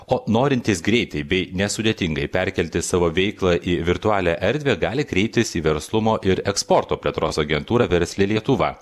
o norintys greitai bei nesudėtingai perkelti savo veiklą į virtualią erdvę gali kreiptis į verslumo ir eksporto plėtros agentūrą versli lietuva